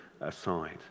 aside